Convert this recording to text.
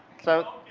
so